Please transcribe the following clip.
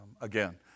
again